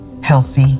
healthy